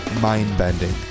mind-bending